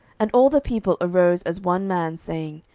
and all the people arose as one man, saying,